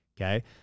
Okay